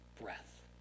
breath